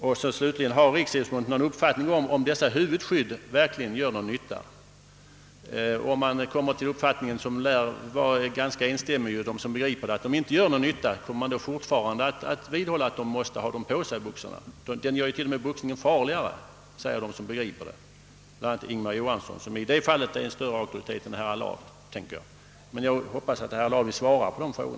Och slutligen: Har man inom Riksidrottsförbundet någon uppfattning om huruvida dessa huvudskydd verkligen gör någon nytta? Kommer man, om man når fram till den uppfattning som: lär vara ganska dominerande bland dem som begriper saken, nämligen att huvudskydden inte gör någon nytta, att då vidhålla att boxarna måste ha huvudskydden på sig? De gör boxningen t.o.m. farligare om man får tro de personer som begriper saken -— bl.a. Ingemar Johansson — som i detta fall lär vara en större auktoritet än herr Allard. Jag hoppas att herr Allard vill svara på dessa frågor.